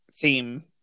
theme